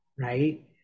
right